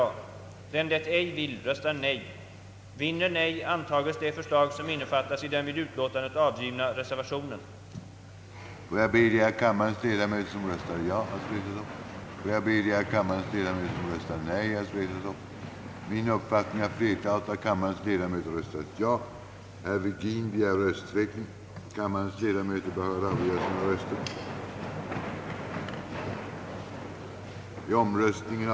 Slutligen vill jag säga, när herr Bengt Gustavsson påpekar att avsikten med det nya institutet är att ge myndigheterna stöd och råd, att det naturligtvis är så. Men det är svårt att riktigt förstå värdet av det stöd som man åstadkommer, när man uttryckligen berövar de militära myndigheterna den nu befintliga rätten att själva direkt påverka rationaliseringsverksamheten.